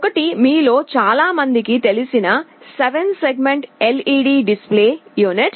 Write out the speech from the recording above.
ఒకటి మీలో చాలా మందికి తెలిసిన 7 సెగ్మెంట్ ఎల్ఇడి డిస్ప్లే యూనిట్